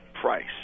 price